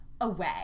away